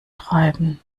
treiben